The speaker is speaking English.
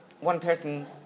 one-person